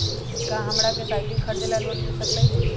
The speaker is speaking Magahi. का हमरा के साईकिल खरीदे ला लोन मिल सकलई ह?